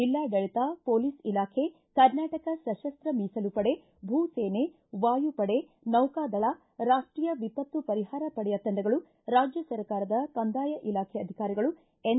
ಜಿಲ್ಲಾಡಳಿತ ಪೊಲೀಸ್ ಇಲಾಖೆ ಕರ್ನಾಟಕ ಸಶಸ್ತ ಮೀಸಲು ಪಡೆ ಭೂ ಸೇನೆ ವಾಯು ಪಡೆ ನೌಕಾ ದಳ ರಾಷ್ಷೀಯ ವಿಪತ್ತು ಪರಿಹಾರ ಪಡೆಯ ತಂಡಗಳು ರಾಜ್ಯ ಸರ್ಕಾರದ ಕಂದಾಯ ಇಲಾಖೆಯ ಅಧಿಕಾರಿ ಎನ್